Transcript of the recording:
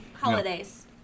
holidays